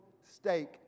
stake